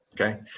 Okay